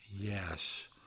Yes